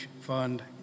fund